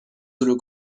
شروع